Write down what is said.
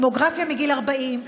ממוגרפיה מגיל 40,